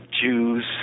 Jews